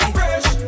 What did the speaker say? fresh